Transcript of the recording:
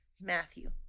Matthew